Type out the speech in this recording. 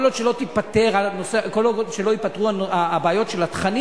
כל עוד לא יפתרו הבעיות של התכנים,